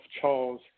Charles